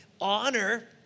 honor